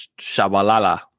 Shabalala